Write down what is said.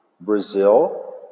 Brazil